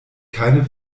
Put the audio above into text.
keine